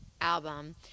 album